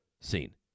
seen